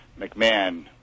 McMahon